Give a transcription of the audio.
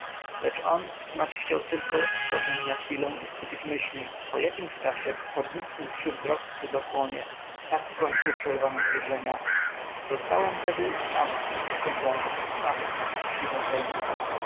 lecz on snać chciał tylko odpocząć na chwilę i skupić myśli po jakimś czasie podniósłszy wzrok ku zasłonie tak kończył przerwane zwierzenia zostałem tedy sam w tym pustym domu sam z mą straszliwą tajemnicą